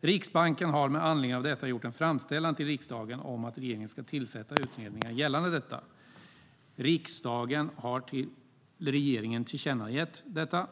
Riksbanken har med anledning av detta gjort en framställan till riksdagen om att regeringen ska tillsätta utredningar gällande detta. Riksdagen har till regeringen tillkännagett detta.